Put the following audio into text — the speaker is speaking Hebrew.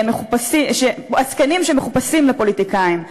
עסקנים שמחופשים לפוליטיקאים.